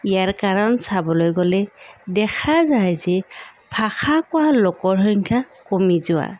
ইয়াৰ কাৰণ চাবলৈ গ'লে দেখা যায় যে ভাষা কোৱা লোকৰ সংখ্যা কমি যোৱা